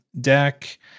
deck